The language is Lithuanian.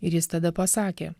ir jis tada pasakė